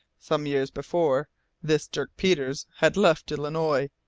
some years before this dirk peters had left illinois,